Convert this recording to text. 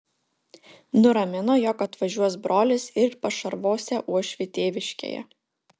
nuramino jog atvažiuos brolis ir pašarvosią uošvį tėviškėje